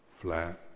flat